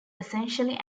essentially